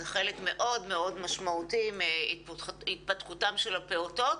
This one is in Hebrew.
זה חלק מאוד מאוד משמעותי בהתפתחותן של הפעוטות.